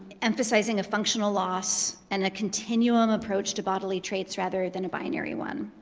emphasizing a functional loss and a continuum approach to bodily traits rather than a binary one.